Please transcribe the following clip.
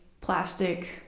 plastic